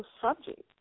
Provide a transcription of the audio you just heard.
subject